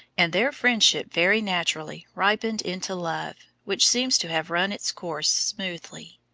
and their friendship very naturally ripened into love, which seems to have run its course smoothly.